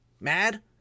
mad